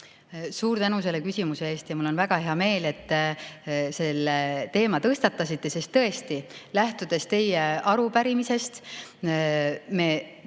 Suur tänu selle küsimuse eest! Mul on väga hea meel, et te selle teema tõstatasite, sest tõesti, lähtudes teie arupärimisest me